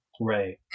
right